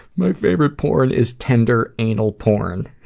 my favourite porn is tender anal porn.